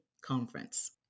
Conference